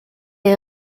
est